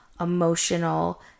emotional